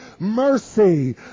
Mercy